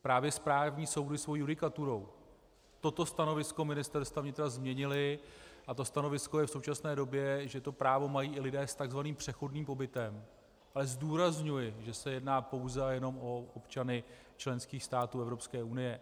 Právě správní soudy svou judikaturou toto stanovisko Ministerstva vnitra změnily a to stanovisko je v současné době, že to právo mají i lidé s tzv. přechodným pobytem, ale zdůrazňuji, že se jedná pouze a jenom o občany členských států EU.